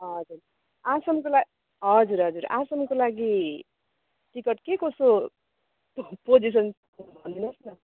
हजुर आसामको ला हजुर हजुर आसामको लागि टिकट के कसो पोजिसन छ भनिदिनुहोस् न